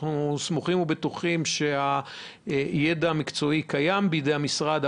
אנחנו סמוכים ובטוחים שהידע המקצועי קיים בידי המשרד,